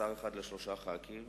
שר אחד לשלושה חברי כנסת,